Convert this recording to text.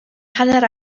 hanner